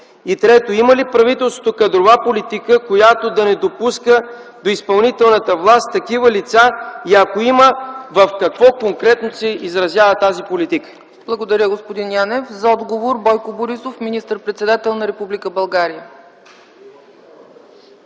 Трето, има ли правителството кадрова политика, която да не допуска до изпълнителната власт такива лица? Ако има, в какво конкретно се изразява тази политика? ПРЕДСЕДАТЕЛ ЦЕЦКА ЦАЧЕВА: Благодаря, господин Янев. За отговор – Бойко Борисов – министър-председател на Република България.